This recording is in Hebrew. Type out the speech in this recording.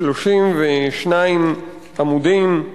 של 32 עמודים.